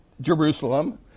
Jerusalem